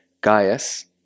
Gaius